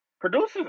Producers